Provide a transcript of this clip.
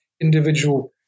individual